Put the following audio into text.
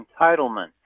entitlement